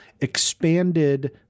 expanded